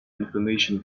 information